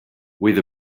with